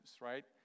right